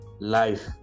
Life